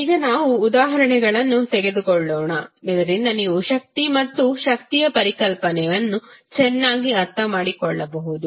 ಈಗ ನಾವು ಉದಾಹರಣೆಗಳನ್ನು ತೆಗೆದುಕೊಳ್ಳೋಣ ಇದರಿಂದ ನೀವು ಶಕ್ತಿ ಮತ್ತು ಶಕ್ತಿಯ ಪರಿಕಲ್ಪನೆಯನ್ನು ಚೆನ್ನಾಗಿ ಅರ್ಥಮಾಡಿಕೊಳ್ಳಬಹುದು